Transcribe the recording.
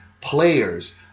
players